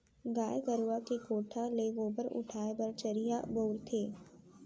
गाय गरूवा के कोठा ले गोबर उठाय बर चरिहा बउरथे